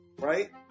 right